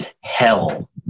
hell